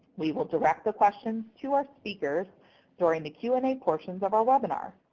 we will direct the questions to our speakers during the q and a portions of our webinar.